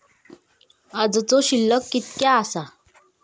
आजचो शिल्लक कीतक्या आसा?